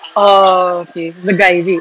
oh okay the guy is it